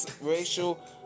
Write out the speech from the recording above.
racial